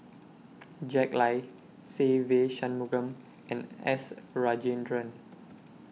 Jack Lai Se Ve Shanmugam and S Rajendran